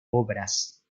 obras